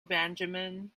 benjamin